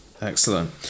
Excellent